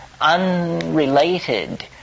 unrelated